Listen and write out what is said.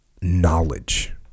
knowledge